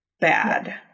bad